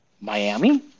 miami